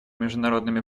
международными